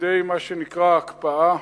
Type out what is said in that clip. על-ידי מה שנקרא "הקפאה",